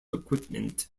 equipment